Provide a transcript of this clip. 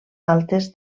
altes